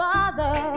Father